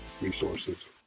resources